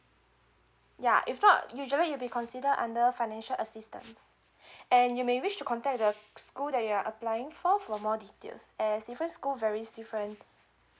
ya if not usually it'll be consider under financial assistance and you may wish to contact the school that you are applying for for more details and different school varies different